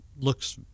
looks